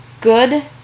good